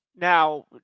Now